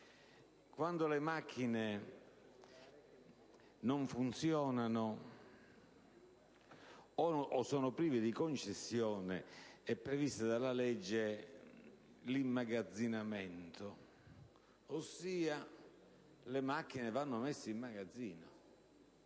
Quando le macchine non funzionano o sono prive di concessione è previsto dalla legge l'immagazzinamento, ossia, le macchine vengono messe in magazzino;